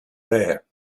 there